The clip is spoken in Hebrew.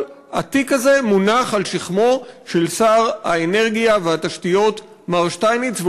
כל התיק הזה מונח על שכמו שר האנרגיה והתשתיות מר שטייניץ,